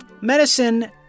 Medicine